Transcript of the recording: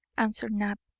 answered knapp.